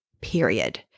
period